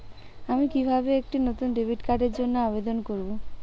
আমি কিভাবে একটি নতুন ডেবিট কার্ডের জন্য আবেদন করব?